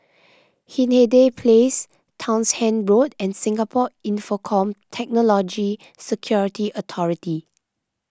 Hindhede Place Townshend Road and Singapore Infocomm Technology Security Authority